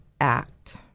act